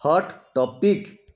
hot topic